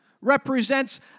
Represents